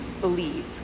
believe